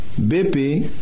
BP